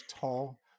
tall